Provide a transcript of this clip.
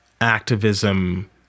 activism